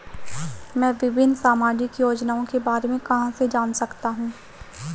मैं विभिन्न सामाजिक योजनाओं के बारे में कहां से जान सकता हूं?